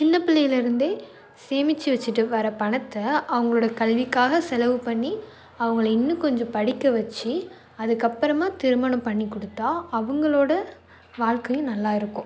சின்னப் பிள்ளையிலிருந்தே சேமிச்சு வச்சுட்டு வர்ற பணத்தை அவங்களோட கல்விக்காக செலவு பண்ணி அவங்கள இன்னும் கொஞ்சம் படிக்க வச்சு அதுக்கப்புறமா திருமணம் பண்ணிக்கொடுத்தா அவங்களோட வாழ்க்கையும் நல்லா இருக்கும்